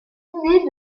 inné